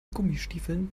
gummistiefeln